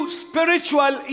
spiritual